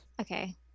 Okay